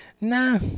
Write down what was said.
Nah